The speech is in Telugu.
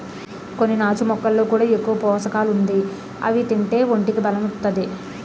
కొన్ని నాచు మొక్కల్లో కూడా ఎక్కువ పోసకాలుండి అవి తింతే ఒంటికి బలం ఒత్తాది